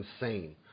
insane